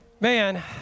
Man